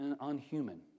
unhuman